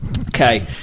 Okay